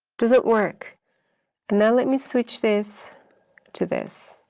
does it work? and now let me switch this to this.